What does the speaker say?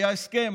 היה הסכם,